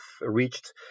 reached